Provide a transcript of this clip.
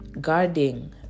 guarding